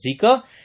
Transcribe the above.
Zika